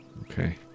okay